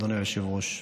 אדוני היושב-ראש.